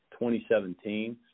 2017